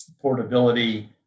portability